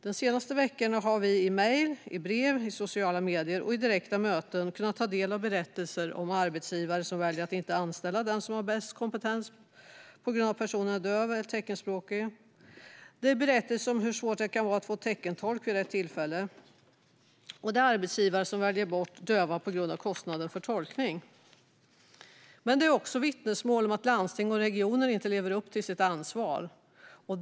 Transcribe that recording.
Den senaste veckan har jag i mejl, i brev, i sociala medier och i direkta möten kunnat ta del av berättelser om arbetsgivare som väljer att inte anställa den som har bäst kompetens på grund av att personen är döv eller teckenspråkig. Det är berättelser om hur svårt det kan vara att få teckentolk vid rätt tillfälle och om hur arbetsgivare väljer bort döva på grund av kostnaden för tolkning. Men det är också vittnesmål om att landsting och regioner inte lever upp till sitt ansvar.